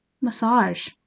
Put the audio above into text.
massage